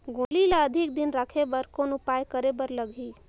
गोंदली ल अधिक दिन राखे बर कौन उपाय करे बर लगही?